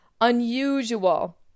unusual